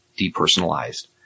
depersonalized